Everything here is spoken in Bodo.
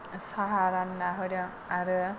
साहा रानना होदों आरो